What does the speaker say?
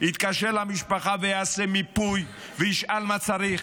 יתקשר למשפחה ויעשה מיפוי וישאל מה צריך,